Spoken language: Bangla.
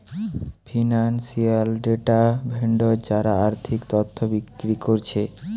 ফিনান্সিয়াল ডেটা ভেন্ডর যারা আর্থিক তথ্য বিক্রি কোরছে